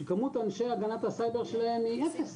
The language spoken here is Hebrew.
שכמות אנשי הגנת הסייבר שלהם, היא אפס